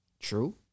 True